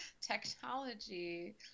technology